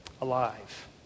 alive